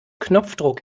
knopfdruck